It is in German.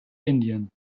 indien